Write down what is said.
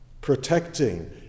protecting